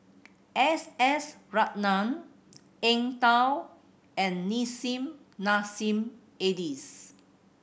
S S Ratnam Eng Tow and Nissim Nassim Adis